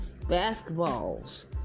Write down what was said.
basketballs